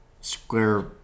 square